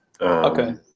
Okay